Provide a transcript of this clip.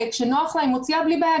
כשנוח לה היא מוציאה בלי בעיה,